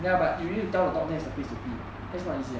ya but you need to tell a dog that is the place to pee that's not easy [what]